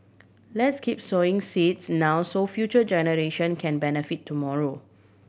let's keep sowing seeds now so future generation can benefit tomorrow